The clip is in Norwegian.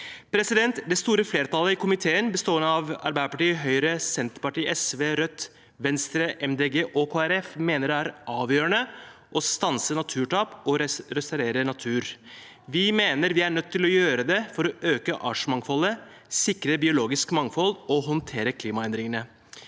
Det store flertallet i komiteen – bestående av Arbeiderpartiet, Høyre, Senterpartiet, SV, Rødt, Venstre, Miljøpartiet De Grønne og Kristelig Folkeparti – mener det er avgjørende å stanse naturtap og restaurere natur. Vi mener vi er nødt til å gjøre det for å øke artsmangfoldet, sikre biologisk mangfold og håndtere klimaendringene.